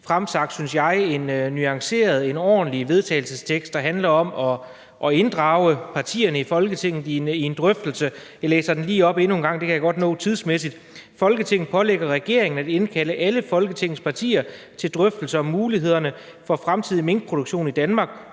fremlagt et, synes jeg, nuanceret og ordentligt forslag til vedtagelse, der handler om at inddrage partierne i Folketinget i en drøftelse. Jeg læser den lige op endnu en gang – det kan jeg godt nå tidsmæssigt: »Folketinget pålægger regeringen at indkalde alle Folketingets partier til drøftelse af mulighederne for fremtidig minkproduktion i Danmark.